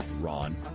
Ron